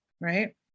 right